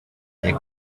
their